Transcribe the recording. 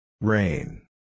Rain